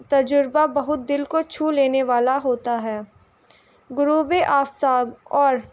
تجربہ بہت دل کو چھو لینے والا ہوتا ہے غروب آفتاب اور